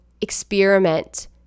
experiment